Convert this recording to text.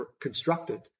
constructed